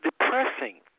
depressing